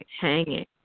hanging